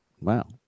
wow